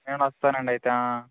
నేను వస్తానండి అయితే